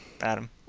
Adam